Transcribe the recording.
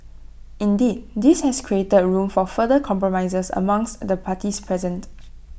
indeed this has created room for further compromises amongst the parties present